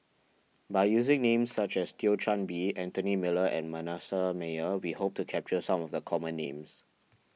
by using names such as Thio Chan Bee Anthony Miller and Manasseh Meyer we hope to capture some of the common names